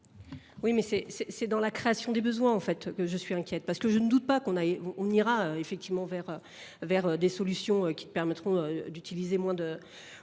ce sens. C'est dans la création des besoins que je suis inquiète parce que je ne doute pas qu'on ira effectivement vers des solutions qui te permettront d'utiliser moins